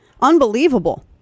unbelievable